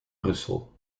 brussel